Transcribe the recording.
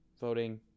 Voting